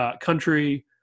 country